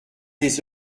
des